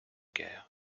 guerres